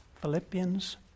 Philippians